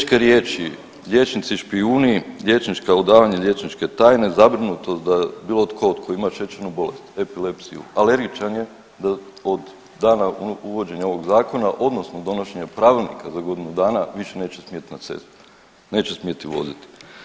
Teške riječi liječnici špijuni, liječnička odavanja, liječničke tajne, zabrinutost da bilo tko tko ima šećernu bolest, epilepsiju, alergičan je da od dana uvođenja ovog zakona odnosno donošenja Pravilnika za godinu dana više neće smjet na cestu, više neće smjeti voziti.